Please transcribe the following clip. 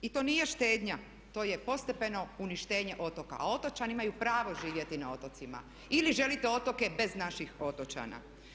I to nije štednja, to je postepeno uništenje otoka, a otočani imaju pravo živjeti na otocima ili želite otoke bez naših otočana.